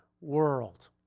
world